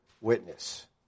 witness